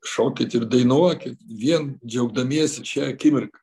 šokit ir dainuokit vien džiaugdamiesi šia akimirka